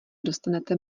dostanete